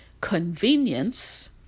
convenience